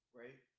right